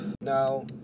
Now